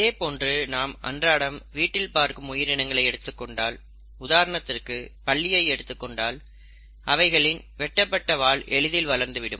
இதே போன்று நாம் அன்றாடம் வீட்டில் பார்க்கும் உயிரினங்களை எடுத்துக் கொண்டால் உதாரணத்திற்கு பல்லியை எடுத்துக் கொண்டால் அவைகளின் வெட்டப்பட்ட வால் எளிதில் வளர்ந்துவிடும்